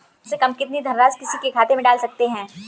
कम से कम कितनी धनराशि किसी के खाते में डाल सकते हैं?